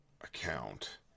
account